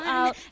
out